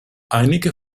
einige